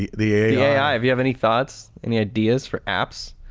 the the ai, if you have any thoughts, any ideas for apps,